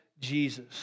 Jesus